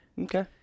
Okay